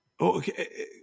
okay